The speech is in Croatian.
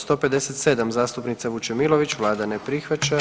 157. zastupnica Vučemilović, Vlada ne prihvaća.